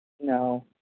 No